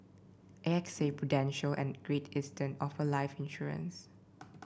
A X A Prudential and Great Eastern offer life insurance